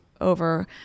over